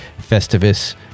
festivus